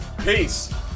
Peace